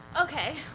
Okay